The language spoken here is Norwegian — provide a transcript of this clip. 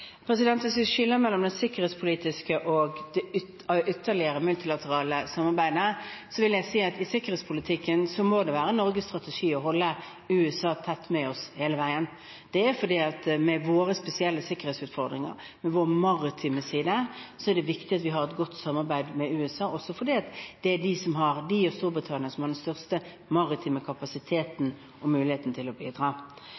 mellom det sikkerhetspolitiske og det multilaterale samarbeidet ellers, vil jeg si at i sikkerhetspolitikken må det være Norges strategi å holde USA tett til oss hele veien. Med våre spesielle sikkerhetsutfordringer og med våre maritime sider er det viktig at vi har et godt samarbeid med USA, fordi det er de og Storbritannia som har den største maritime